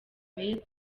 male